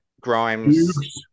Grimes